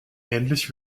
ähnlich